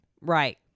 right